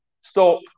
Stop